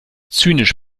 zynisch